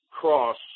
cross